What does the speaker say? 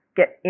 get